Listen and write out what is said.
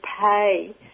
pay